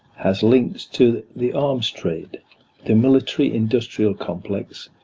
has links to the arms trade the military-industrial complex,